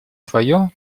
твое